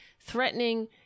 threatening